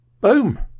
Boom